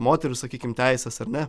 moterų sakykim teises ar ne